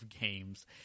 games